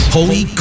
Holy